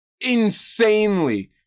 insanely